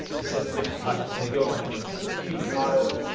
to set the different types. and they go like this so cubic auto,